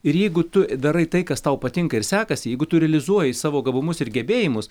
ir jeigu tu darai tai kas tau patinka ir sekasi jeigu tu realizuoji savo gabumus ir gebėjimus